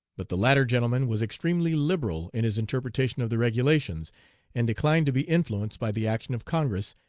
but the latter gentleman was extremely liberal in his interpretation of the regulations and declined to be influenced by the action of congress,